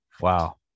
Wow